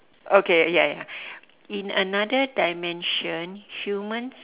okay ya ya in another dimension humans